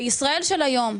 בישראל של היום,